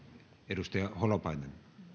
edustaja holopainen